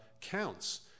counts